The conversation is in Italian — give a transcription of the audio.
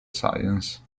science